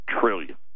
trillion